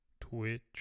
Twitch